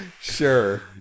sure